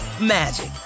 magic